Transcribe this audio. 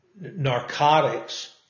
narcotics